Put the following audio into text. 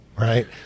Right